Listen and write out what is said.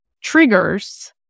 triggers